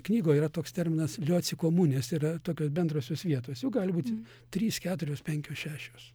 knygoj yra toks terminas lioci komunes yra tokios bendrosios vietose jų gali būt trys keturios penkios šešios